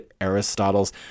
Aristotle's